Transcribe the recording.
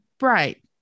Right